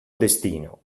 destino